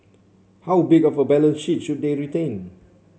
how big of a balance sheet should they retain